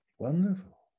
Wonderful